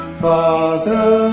Father